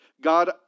God